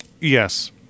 Yes